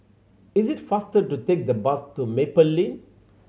it's faster to take the bus to Maple Lane